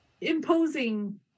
imposing